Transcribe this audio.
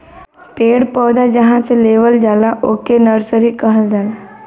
पेड़ पौधा जहां से लेवल जाला ओके नर्सरी कहल जाला